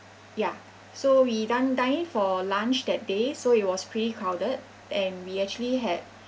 ya so we done dine in for lunch that day so it was pretty crowded and we actually had